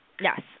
Yes